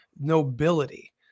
nobility